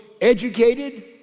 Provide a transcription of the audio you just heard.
educated